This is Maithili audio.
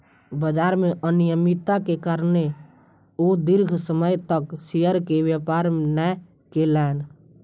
बजार में अनियमित्ता के कारणें ओ दीर्घ समय तक शेयर के व्यापार नै केलैन